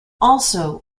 also